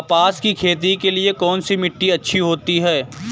कपास की खेती के लिए कौन सी मिट्टी अच्छी होती है?